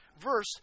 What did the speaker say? verse